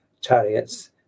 chariots